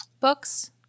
books